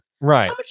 Right